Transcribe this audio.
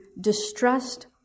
distressed